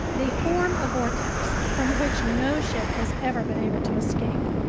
they form a vortex from which no ship has ever been able to escape.